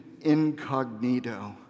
incognito